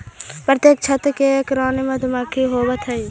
प्रत्येक छत्ते में एक रानी मधुमक्खी होवअ हई